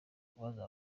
kubaza